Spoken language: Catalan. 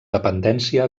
dependència